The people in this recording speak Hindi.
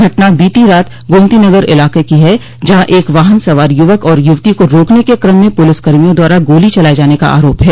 घटना बोती रात गोमतीनगर इलाके की है जहां एक वाहन सवार युवक और युवती को रोकने के क्रम में पुलिस कर्मियों द्वारा गोली चलाये जाने का आरोप है